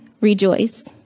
rejoice